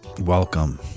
welcome